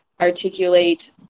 articulate